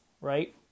right